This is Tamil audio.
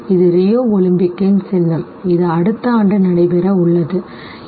இது ரியோ ஒலிம்பிக்கின் சின்னம் இது அடுத்த ஆண்டு நடைபெற உள்ளது சரி